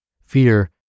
Fear